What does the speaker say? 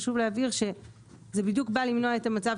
חשוב להבהיר שזה בדיוק בא למנוע את המצב